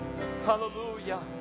Hallelujah